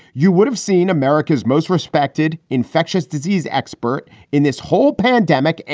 you would have seen america's most respected infectious disease expert in this whole pandemic. and